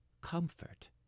comfort